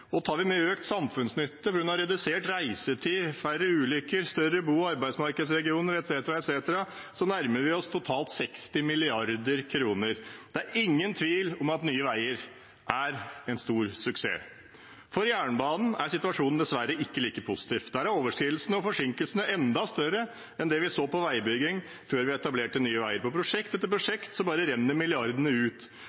og tar vi med økt samfunnsnytte på grunn av redusert reisetid, færre ulykker, større bo- og arbeidsmarkedsregioner etc., etc., nærmer vi oss totalt 60 mrd. kr. Det er ingen tvil om at Nye Veier er en stor suksess. For jernbanen er situasjonen dessverre ikke like positiv. Der er overskridelsene og forsinkelsene enda større enn vi så på veibygging før vi etablerte Nye Veier. På prosjekt etter